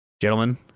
gentlemen